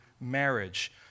marriage